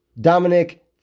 Dominic